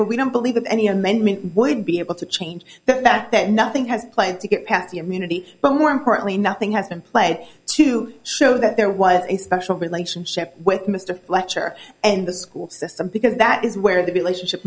their we don't believe any amendment would be able to change the fact that nothing has played to get past your munity but more importantly nothing has been played to show that there was a special relationship with mr fletcher and the school system because that is where the relationship